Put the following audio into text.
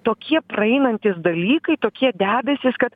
tokie praeinantys dalykai tokie debesys kad